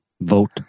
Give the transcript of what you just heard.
vote